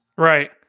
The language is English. Right